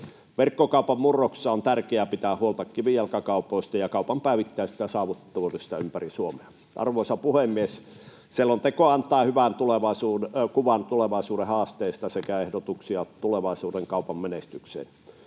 Verkkokaupan murroksessa on tärkeää pitää huolta kivijalkakaupoista ja kaupan päivittäisestä saavutettavuudesta ympäri Suomea. Arvoisa puhemies! Selonteko antaa hyvän kuvan tulevaisuuden haasteista sekä ehdotuksia tulevaisuuden kaupan menestykseen,